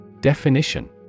Definition